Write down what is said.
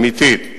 אמיתית,